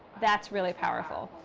that's really powerful.